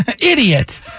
Idiot